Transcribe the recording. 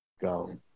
go